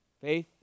faith